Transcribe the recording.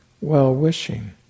well-wishing